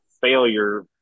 failure